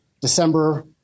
December